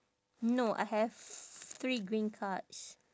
no I have three green cards